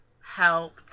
helped